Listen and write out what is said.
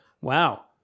Wow